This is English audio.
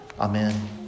Amen